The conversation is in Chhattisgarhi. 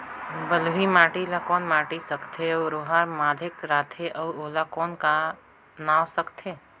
बलुही माटी ला कौन माटी सकथे अउ ओहार के माधेक राथे अउ ओला कौन का नाव सकथे?